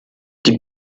die